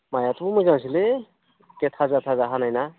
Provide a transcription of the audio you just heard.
माइआथ' मोजांसोलै एखे थाजा थाजा हानाय ना